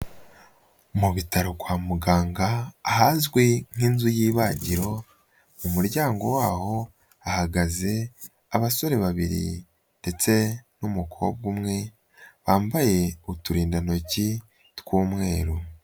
Mu bitaro kwa muganga ahazwi nk'inzu y'ibagiro, mu muryango waho hahagaze abasore babiri ndetse n'umukobwa umwe bambaye uturindantoki tw'umweru.